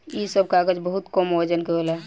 इ सब कागज बहुत कम वजन के होला